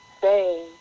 say